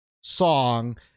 song